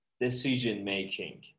decision-making